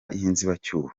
y’inzibacyuho